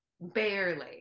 barely